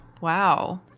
Wow